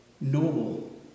noble